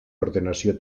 ordenació